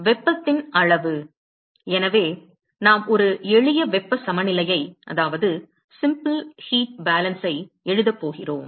வெப்பத்தின் அளவு எனவே நாம் ஒரு எளிய வெப்ப சமநிலையை எழுதப் போகிறோம்